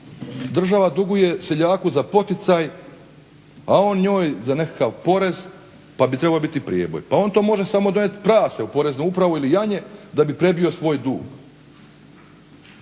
Država duguje seljaku za poticaj, a on njoj za nekakav porez pa bi trebao biti prijeboj. Pa on to može samo donijet prase u poreznu upravu ili janje da bi prebio svoj dug.